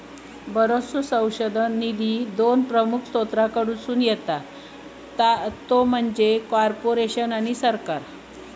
बरोचसो संशोधन निधी दोन प्रमुख स्त्रोतांकडसून येता ते म्हणजे कॉर्पोरेशन आणि सरकार